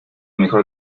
mejor